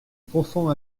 profond